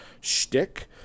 shtick